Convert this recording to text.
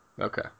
Okay